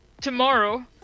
tomorrow